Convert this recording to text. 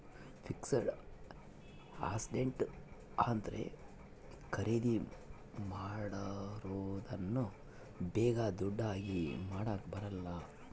fixed asset ಅಂದ್ರೆ ಖರೀದಿ ಮಾಡಿರೋದನ್ನ ಬೇಗ ದುಡ್ಡು ಆಗಿ ಮಾಡಾಕ ಬರಲ್ಲ